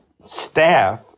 staff